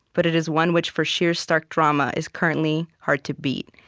but it is one which, for sheer stark drama, is currently hard to beat.